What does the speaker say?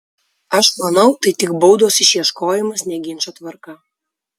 aš manau tai tik baudos išieškojimas ne ginčo tvarka